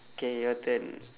K your turn